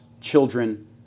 Children